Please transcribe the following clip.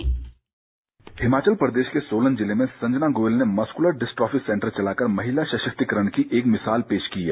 dispatch Himachal Pradesh के सोलन जिले में संजना गोयल ने मसक्युलर डिस्ट्रॉफी सेंटर चलाकर महिला सशक्तिकरण की एक मिसाल पेश की है